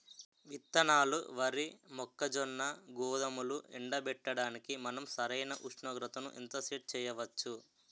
విత్తనాలు వరి, మొక్కజొన్న, గోధుమలు ఎండబెట్టడానికి మనం సరైన ఉష్ణోగ్రతను ఎంత సెట్ చేయవచ్చు?